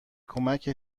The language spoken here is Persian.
کمکت